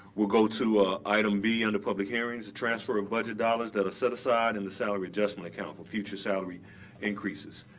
we'll go to ah item b under public hearings, the transfer of budget dollars that are set aside in the salary adjustment account for future salary increases.